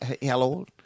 Hello